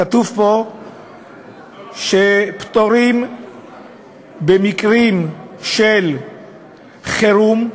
כתוב פה שפטורים במקרים של חירום,